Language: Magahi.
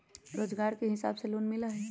रोजगार के हिसाब से लोन मिलहई?